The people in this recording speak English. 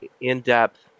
in-depth